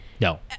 No